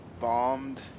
bombed